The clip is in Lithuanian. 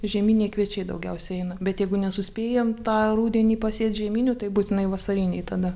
žieminiai kviečiai daugiausia eina bet jeigu nesuspėjam tą rudenį pasėt žieminių tai būtinai vasariniai tada